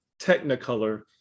Technicolor